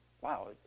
wow